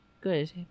Good